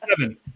seven